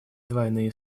двойные